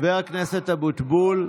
חבר הכנסת אבוטבול,